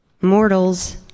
mortals